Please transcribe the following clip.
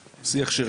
הקטנות.